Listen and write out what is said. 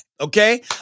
okay